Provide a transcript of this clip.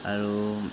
আৰু